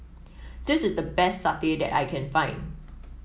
this is the best satay that I can find